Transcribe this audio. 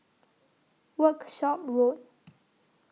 Workshop Road